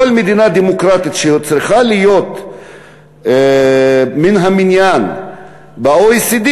כל מדינה דמוקרטית שצריכה להיות מן המניין ב-OECD,